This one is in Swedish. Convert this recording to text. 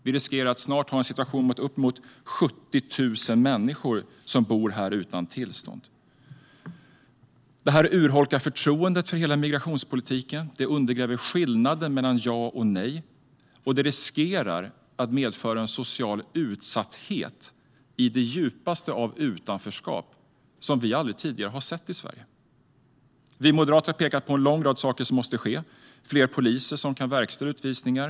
Vi riskerar att snart ha en situation med uppemot 70 000 människor som bor här utan tillstånd. Detta urholkar förtroendet för hela migrationspolitiken. Det undergräver skillnaden mellan ja och nej, och det riskerar att medföra en social utsatthet i form av djupaste utanförskap som vi aldrig tidigare har sett i Sverige. Vi moderater pekar på en lång rad saker som måste ske. Det måste bli fler poliser som kan verkställa utvisningar.